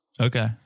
okay